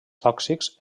tòxics